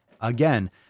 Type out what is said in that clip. Again